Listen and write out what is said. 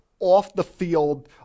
off-the-field